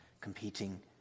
competing